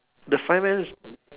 the fireman's